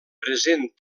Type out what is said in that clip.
present